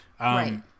right